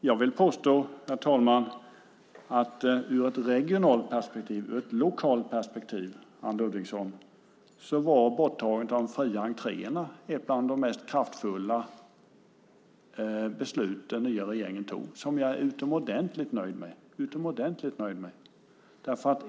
Jag vill påstå, herr talman, att ur ett regionalt och lokalt perspektiv var borttagandet av de fria entréerna ett av de mest kraftfulla besluten som den nya regeringen fattade och något som jag är utomordentligt nöjd med.